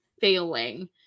failing